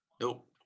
Nope